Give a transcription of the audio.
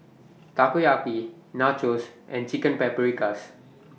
Takoyaki Nachos and Chicken Paprikas